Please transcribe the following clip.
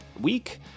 week